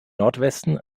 nordwesten